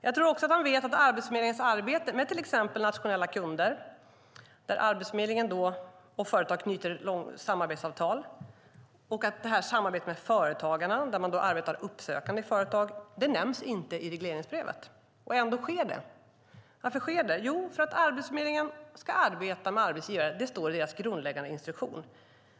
Jag tror också att han känner till Arbetsförmedlingens arbete med till exempel nationella kunder där Arbetsförmedlingen och företag träffar samarbetsavtal. Man samarbetar med Företagarna för att verka uppsökande i företag. Det nämns inte i regleringsbrevet, och ändå sker det. Varför sker det? Jo, därför att Arbetsförmedlingen ska arbeta med arbetsgivare. Det står i deras grundläggande instruktion.